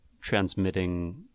transmitting